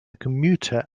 commuter